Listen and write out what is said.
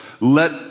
Let